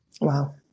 wow